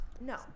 no